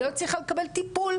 היא לא הצליחה לקבל טיפול,